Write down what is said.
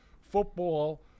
football